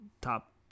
top